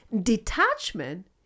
Detachment